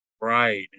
Right